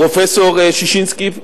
פרופסור ששניסקי,